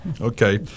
Okay